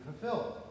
fulfilled